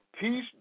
peace